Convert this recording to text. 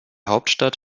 hauptstadt